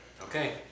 Okay